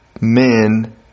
men